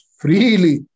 freely